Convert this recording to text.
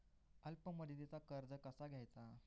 अल्प मुदतीचा कर्ज कसा घ्यायचा?